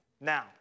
Now